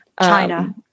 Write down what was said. China